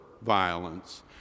violence